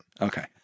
Okay